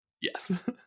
Yes